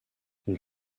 une